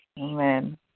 Amen